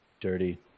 dirty